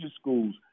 schools